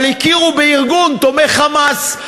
אבל הכירו בארגון תומך "חמאס".